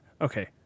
Okay